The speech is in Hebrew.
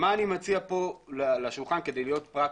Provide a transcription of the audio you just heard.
אני מציע לשולחן, כדי להיות פרקטי.